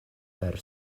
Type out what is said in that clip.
per